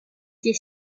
des